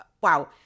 wow